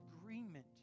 agreement